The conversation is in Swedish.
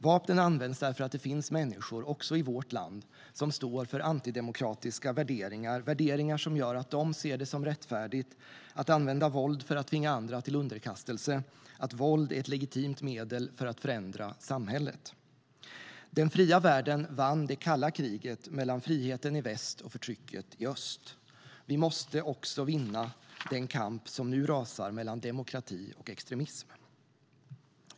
Vapnen används därför att det finns människor, också i vårt land, som står för antidemokratiska värderingar, värderingar som gör att de ser det som rättfärdigt att använda våld för att tvinga andra till underkastelse, att våld är ett legitimt medel för att förändra samhället. Den fria världen vann det kalla kriget mellan friheten i väst och förtrycket i öst. Vi måste också vinna den kamp som nu rasar mellan demokrati och extremism.